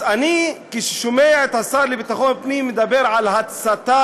כשאני שומע את השר לביטחון פנים מדבר על הצתה,